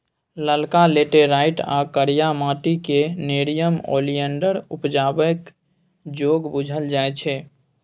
ललका लेटैराइट या करिया माटि क़ेँ नेरियम ओलिएंडर उपजेबाक जोग बुझल जाइ छै